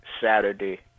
Saturday